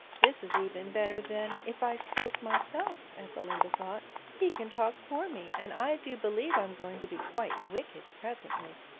this is even better than if i spoke myself ethelinda thought he can talk for me, and i do believe i'm going to be quite wicked presently